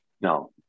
No